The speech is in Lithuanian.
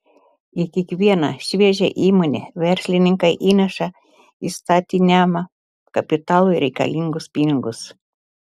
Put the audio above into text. į kiekvieną šviežią įmonę verslininkai įneša įstatiniam kapitalui reikalingus pinigus